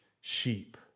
sheep